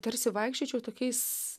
tarsi vaikščiočiau tokiais